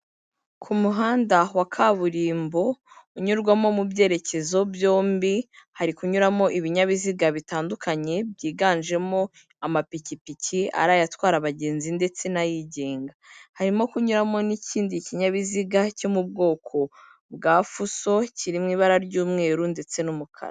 Ku muhanda wa kaburimbo unyurwamo mu byerekezo byombi hari kunyuramo ibinyabiziga bitandukanye byiganjemo amapikipiki ari atwara abagenzi ndetse n'ayigenga harimo kunyuramo n'ikindi kinyabiziga cyo mu bwoko bwa fuso kiri mw’ibara ry'umweru ndetse n'umukara.